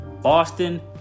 Boston